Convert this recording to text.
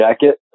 jacket